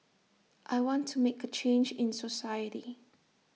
I want to make A change in society